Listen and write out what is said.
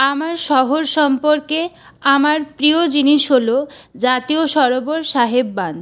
আমার শহর সম্পর্কে আমার প্রিয় জিনিস হলো জাতীয় সরোবর সাহেব বাঁধ